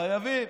חייבים,